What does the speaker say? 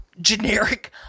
generic